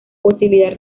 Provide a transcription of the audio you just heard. posibilidad